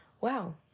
Wow